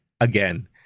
again